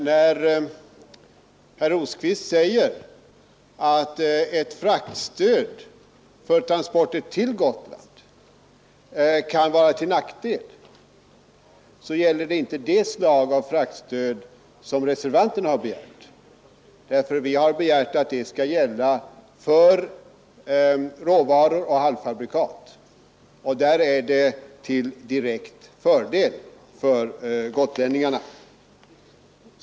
När herr Rosqvist säger att ett fraktstöd för transporter till Gotland kan vara till nackdel, vill jag svara att det då inte gäller det slag av fraktstöd som reservanterna begärt. Vi har begärt att stödet skall gälla för råvaror och halvfabrikat, och där är det till direkt fördel för gotlänningarna.